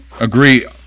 agree